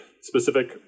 specific